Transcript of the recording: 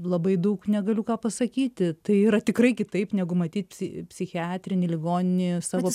labai daug negaliu ką pasakyti tai yra tikrai kitaip negu matyti psi psichiatrinėje ligoninėje savo